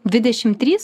dvidešim trys